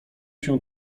się